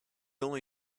only